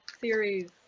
series